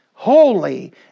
Holy